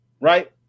right